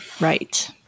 right